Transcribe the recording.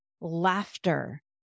laughter